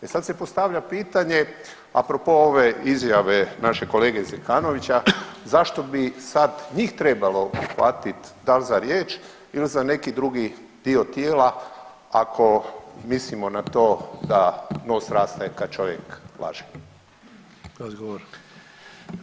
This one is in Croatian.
E sad se postavlja pitanje, a propos ove izjave našeg kolege Zekanovića zašto bi sad njih trebalo uhvatit, dal za riječ ili za neki drugi dio tijela ako mislimo na to da nos raste kad čovjek laže.